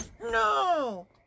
no